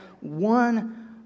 one